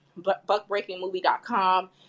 buckbreakingmovie.com